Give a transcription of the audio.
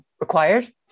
required